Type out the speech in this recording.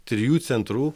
trijų centrų